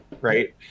right